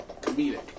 comedic